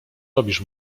robisz